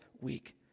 week